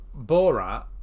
Borat